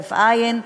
כהרף עין,